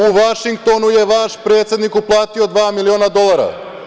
U Vašingtonu je vaš predsednik uplatio dva miliona dolara.